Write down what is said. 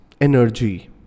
energy